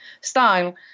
style